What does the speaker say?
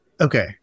Okay